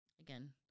Again